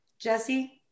Jesse